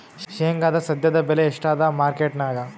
ಶೇಂಗಾದು ಸದ್ಯದಬೆಲೆ ಎಷ್ಟಾದಾ ಮಾರಕೆಟನ್ಯಾಗ?